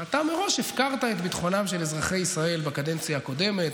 שאתה מראש הפקרת את ביטחונם של אזרחי ישראל בקדנציה הקודמת.